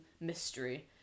mystery